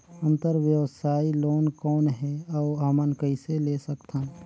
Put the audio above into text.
अंतरव्यवसायी लोन कौन हे? अउ हमन कइसे ले सकथन?